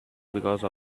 because